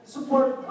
Support